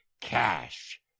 cash